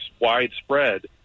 widespread